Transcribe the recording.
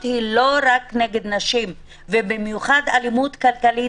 מילה על הצורך: הצורך לא בא רק בגלל הצורך לומר: יש אלימות כלכלית,